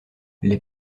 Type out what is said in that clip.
les